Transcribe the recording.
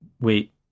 wait